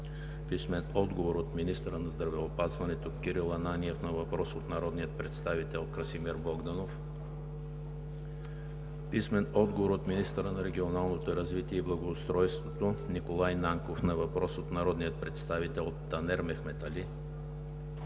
Богданов; - министъра на здравеопазването Кирил Ананиев на въпрос от народния представител Красимир Богданов; - министъра на регионалното развитие и благоустройството Николай Нанков на въпрос от народния представител Танер Мехмед Али;